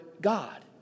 God